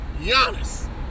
Giannis